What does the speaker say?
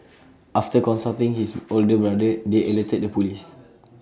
after consulting his older brother they alerted the Police